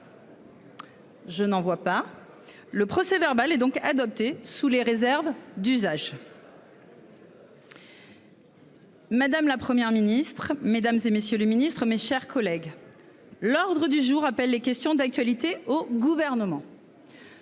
Je n'en vois pas. Le procès verbal est donc adopté sous les réserves d'usage.---- Madame, la Première ministre, mesdames et messieurs le Ministre, mes chers collègues. L'ordre du jour appelle les questions d'actualité au gouvernement.--